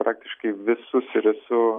praktiškai visus ir esu